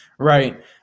Right